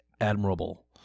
admirable